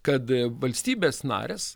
kad valstybės narės